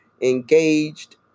engaged